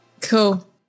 Cool